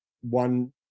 one